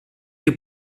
que